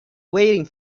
waiting